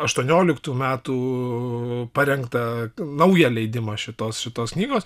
aštuonioliktų metų parengtą naują leidimą šitos šitos knygos